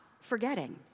forgetting